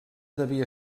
devia